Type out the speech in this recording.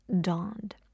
dawned